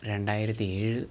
രണ്ടായിരത്തി ഏഴ്